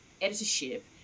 editorship